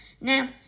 Now